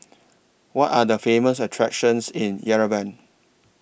What Are The Famous attractions in Yerevan